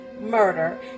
murder